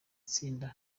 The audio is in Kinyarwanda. tsinda